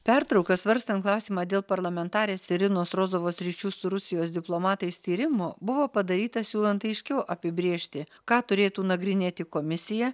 pertrauka svarstant klausimą dėl parlamentarės irinos rozovos ryšių su rusijos diplomatais tyrimo buvo padaryta siūlant aiškiau apibrėžti ką turėtų nagrinėti komisija